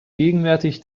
gegenwärtig